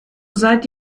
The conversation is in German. seid